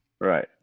Right